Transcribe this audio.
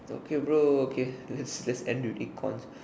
okay bro okay let's end with this call